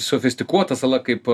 sofistikuota sala kaip